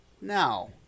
Now